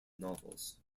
novels